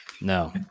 No